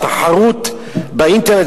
והתחרות באינטרנט,